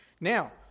Now